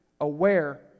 aware